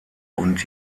und